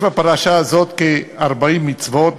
יש בפרשה הזאת כ-40 מצוות,